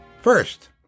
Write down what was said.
First